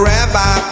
Rabbi